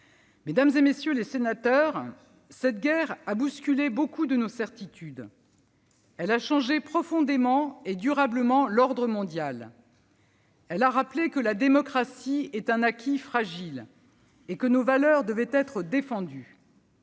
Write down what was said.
Mesdames, messieurs les sénateurs, cette guerre a bousculé beaucoup de nos certitudes. Elle a changé profondément et durablement l'ordre mondial. Elle a rappelé que la démocratie est un acquis fragile, et que nos valeurs devaient être défendues.